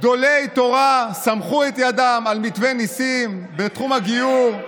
גדולי תורה סמכו את ידם על מתווה ניסים בתחום הגיור,